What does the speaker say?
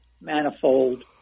manifold